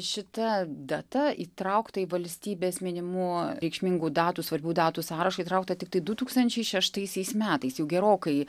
šita data įtraukta į valstybės minimų reikšmingų datų svarbių datų sąrašą įtraukta tiktai du tūkstančiai šeštaisiais metais jau gerokai